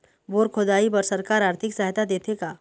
Bore खोदाई बर सरकार आरथिक सहायता देथे का?